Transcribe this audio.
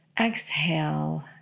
Exhale